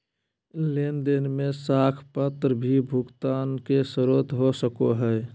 लेन देन में साख पत्र भी भुगतान के स्रोत हो सको हइ